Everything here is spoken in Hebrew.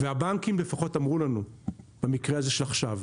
והבנקים לפחות אמרו לנו במקרה הזה של עכשיו.